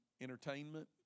entertainment